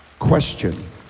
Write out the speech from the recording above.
Question